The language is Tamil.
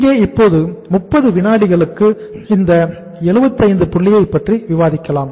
இங்கே இப்போது 30 வினாடிகளுக்கு இந்த 75 புள்ளியை பற்றி விவாதிக்கலாம்